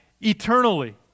eternally